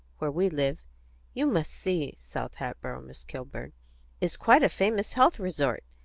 where we live you must see south hatboro', miss kilburn is quite a famous health resort.